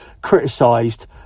criticised